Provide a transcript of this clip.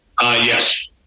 Yes